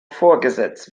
vorgesetzt